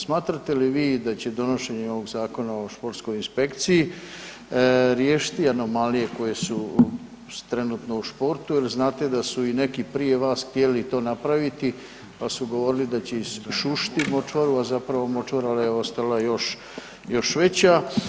Smatrate li vi da će donošenje ovog Zakona o sportskoj inspekciji riješiti anomalije koje su trenutno u športu, jer znate da su i neki prije vas htjeli to napraviti pa su govorili da će isušiti močvaru, a zapravo močvara je postala još veća?